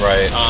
Right